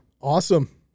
Awesome